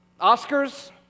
Oscars